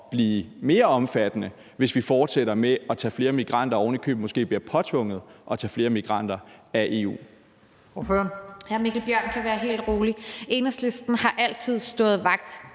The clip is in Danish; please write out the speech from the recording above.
blive mere omfattende, hvis vi fortsætter med at tage flere migranter og ovenikøbet måske endda bliver påtvunget at tage flere migranter af EU?